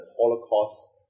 Holocaust